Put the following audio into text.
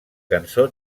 cançó